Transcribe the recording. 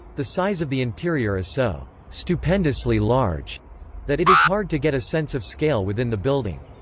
the size of the interior is so stupendously large that it is hard to get a sense of scale within the building.